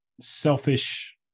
selfish